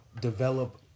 develop